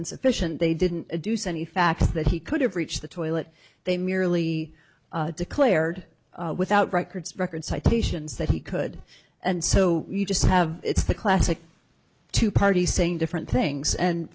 insufficient they didn't do so any facts that he could have reached the toilet they merely declared without records record citations that he could and so you just have it's the classic two party saying different things and